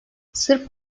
sırp